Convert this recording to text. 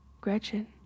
Gretchen